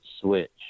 switch